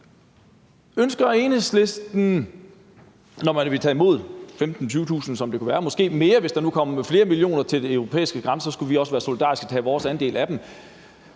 til Enhedslisten er: Når man vil tage imod 15-20.000, som det kunne være, og måske mere – hvis der nu kom flere millioner til de europæiske grænser, skulle vi også være solidariske og tage vores andel af dem